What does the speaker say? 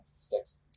sticks